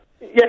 Yes